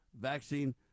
vaccine